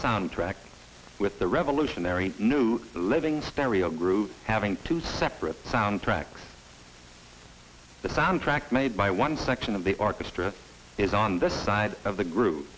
sound track with the revolutionary new living stereo group having two separate soundtracks the soundtrack made by one section of the orchestra is on the side of the group